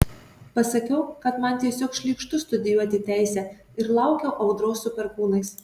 pasakiau kad man tiesiog šlykštu studijuoti teisę ir laukiau audros su perkūnais